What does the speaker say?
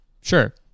sure